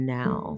now